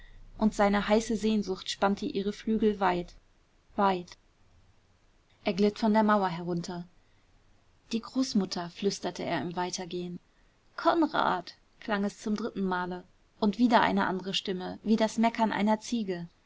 und seine heiße sehnsucht spannte ihre flügel weit weit er glitt von der mauer herunter die großmutter flüsterte er im weitergehen konrad klang es zum dritten male und wieder eine andere stimme wie das meckern einer ziege